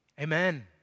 Amen